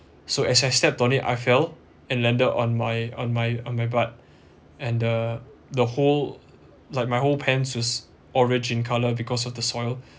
so as I stepped on it I fell and landed on my on my on my butt and the the whole like my whole pants was orange in color because of the soil